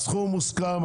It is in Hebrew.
הסכום מוסכם,